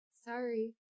Sorry